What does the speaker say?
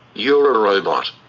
you're a robot,